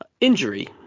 injury